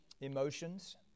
emotions